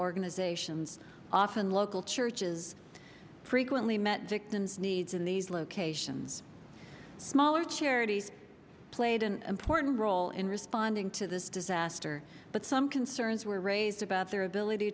organizations often local churches frequently met victims needs in these locations smaller charities played an important role in responding to this disaster but some concerns were raised about their ability